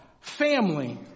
family